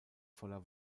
voller